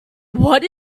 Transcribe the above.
what